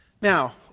Now